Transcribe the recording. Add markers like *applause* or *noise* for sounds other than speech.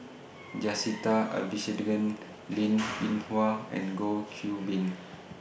*noise* Jacintha Abisheganaden Linn *noise* in Hua and Goh Qiu Bin